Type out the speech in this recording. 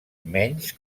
menys